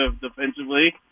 defensively